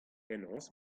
penaos